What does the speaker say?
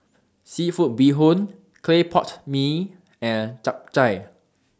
Seafood Bee Hoon Clay Pot Mee and Chap Chai